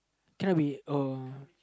can not we uh